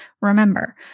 remember